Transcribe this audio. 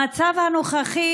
במצב הנוכחי,